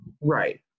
right